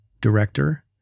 director